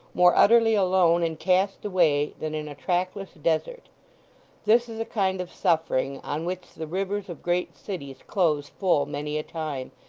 more utterly alone and cast away than in a trackless desert this is a kind of suffering, on which the rivers of great cities close full many a time,